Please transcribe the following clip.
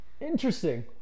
Interesting